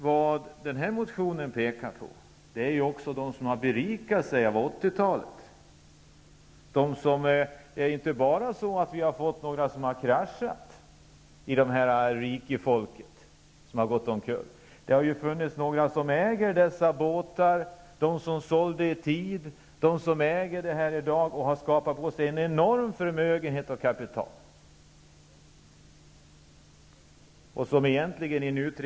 I den här motionen nämns också de som har berikat sig under 80-talet. Det är inte bara så att vi har fått några som har kraschat, gått omkull, bland rikefolket. Det har ju funnits några som ägt t.ex. båtar och som sålt i tid och i dag har en enorm förmögenhet och stort kapital.